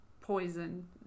poison